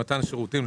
במתן שירותים,